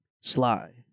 sly